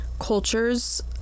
cultures